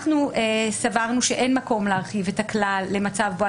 אנחנו סברנו שאין מקום להרחיב את הכלל למצב בו